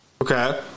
Okay